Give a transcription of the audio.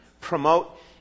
promote